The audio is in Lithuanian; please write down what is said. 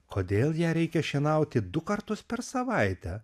kodėl ją reikia šienauti du kartus per savaitę